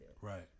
Right